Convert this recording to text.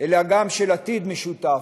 אלא גם של עתיד משותף,